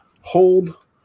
hold